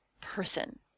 person